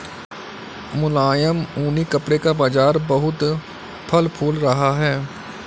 मुलायम ऊनी कपड़े का बाजार बहुत फल फूल रहा है